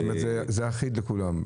זאת אומרת, זה אחיד לכולם?